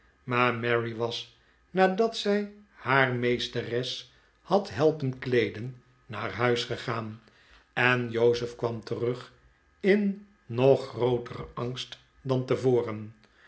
maar mary was nadat zij haar meesteres had er wordt aan jozefs verstand getwijfeld helpen kleeden naar huis gegaan en jozef kwam terug in nog grooteren angst dan tevoren